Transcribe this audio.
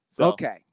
Okay